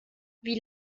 wie